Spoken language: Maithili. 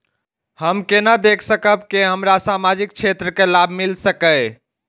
हम केना देख सकब के हमरा सामाजिक क्षेत्र के लाभ मिल सकैये?